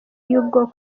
y’ubwo